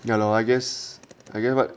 ya lor I guess I guess [what]